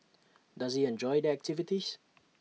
does he enjoy the activities